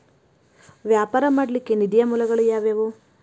ವ್ಯಾಪಾರ ಮಾಡ್ಲಿಕ್ಕೆ ನಿಧಿಯ ಮೂಲಗಳು ಯಾವ್ಯಾವು?